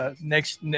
next –